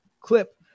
clip